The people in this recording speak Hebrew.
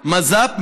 מז"פ,